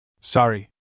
Sorry